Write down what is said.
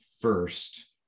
first